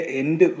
end